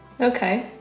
Okay